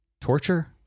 torture